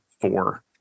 four